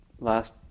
Last